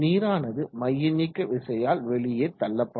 நீரானது மையநீக்கவிசையால் வெளியே தள்ளப்படும்